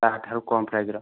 ତା'ଠାରୁ କମ୍ ପ୍ରାଇସର